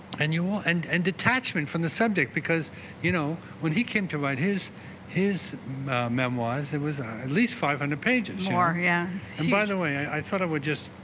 and you will and and detachment from the subject because you know when he came to write his his memoirs it was at least five hundred pages or yes and by the way i thought i would just